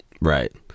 Right